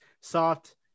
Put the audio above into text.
soft